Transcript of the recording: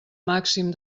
màxim